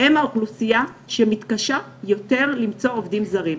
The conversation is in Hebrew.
הם האוכלוסייה שמתקשה יותר למצוא עובדים זרים.